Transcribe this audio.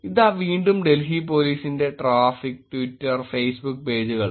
ഇതാ വീണ്ടും ഡൽഹി പോലീസിന്റെ ട്രാഫിക് ട്വിറ്റർ ഫേസ്ബുക്ക് പേജുകൾ